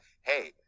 Hey